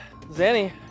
Zanny